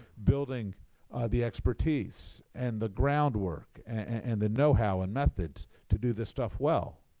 building the expertise and the groundwork and the knowhow and methods to do this stuff well.